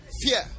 Fear